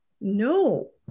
No